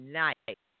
night